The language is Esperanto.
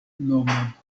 nomon